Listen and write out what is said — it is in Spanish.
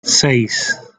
seis